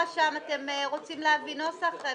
אתם רוצים להביא נוסח על סמכויות הרשם?